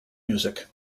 music